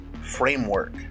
Framework